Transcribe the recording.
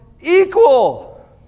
equal